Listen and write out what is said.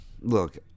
Look